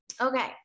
Okay